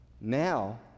Now